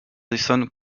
listened